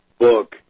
book